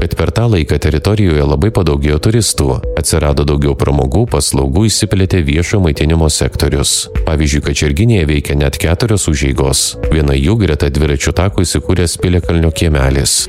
kad per tą laiką teritorijoje labai padaugėjo turistų atsirado daugiau pramogų paslaugų išsiplėtė viešo maitinimo sektorius pavyzdžiui kačerginėje veikė net keturios užeigos viena jų greta dviračių tako įsikūręs piliakalnio kiemelis